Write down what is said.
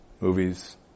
movies